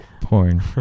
Porn